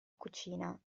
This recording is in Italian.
cucina